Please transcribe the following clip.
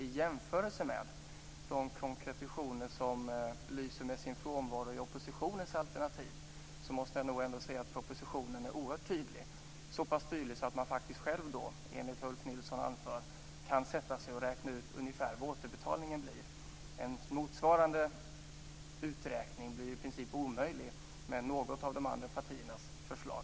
I jämförelse med de konkretioner som lyser med sin frånvaro i oppositionens alternativ måste jag nog ändå säga att propositionen är oerhört tydlig. Så pass tydlig så att man faktiskt själv, enligt vad Ulf Nilsson anför, kan sätta sig och räkna ut ungefär vad återbetalningen blir. En motsvarande uträkning blir i princip omöjlig med något av de andra partiernas förslag.